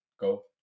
go